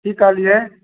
की कहलियै